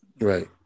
Right